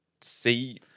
see